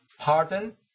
pardon